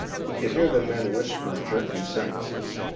he could hear the men whisper jerky sentences